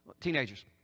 Teenagers